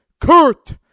Kurt